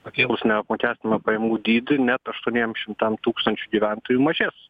pakėlus neapmokestinamą pajamų dydį net aštuoniem šimtam tūkstančių gyventojų mažės